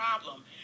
problem